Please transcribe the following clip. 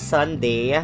Sunday